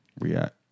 react